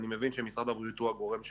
אני מבין שמשרד הבריאות הוא הגורם שמוסמך.